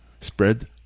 Spread